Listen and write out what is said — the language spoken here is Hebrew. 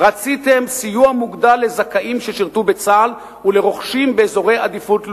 רציתם סיוע מוגדל לזכאים ששירתו בצה"ל ולרוכשים באזורי עדיפות לאומית,